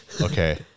Okay